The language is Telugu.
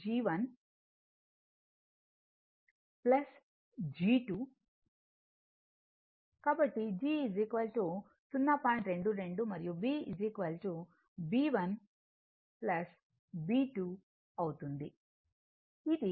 22 మరియు b b 1 b 2 అవుతుంది ఇది 0